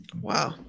Wow